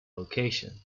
location